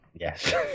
Yes